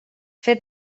fet